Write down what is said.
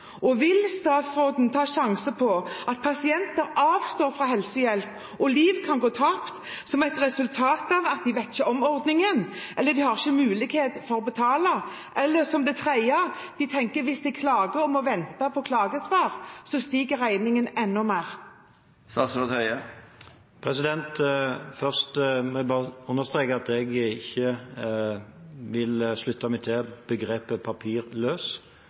Og vil statsråden ta sjansen på at pasienter avstår fra helsehjelp, og at liv kan gå tapt, som et resultat av at de ikke vet om ordningen, eller ikke har mulighet til å betale, eller, som det tredje, at de tenker at hvis de klager og må vente på klagesvar, stiger regningen enda mer? Først vil jeg bare understreke at jeg ikke vil slutte meg til begrepet